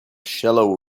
shallow